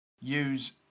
use